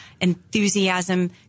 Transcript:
enthusiasm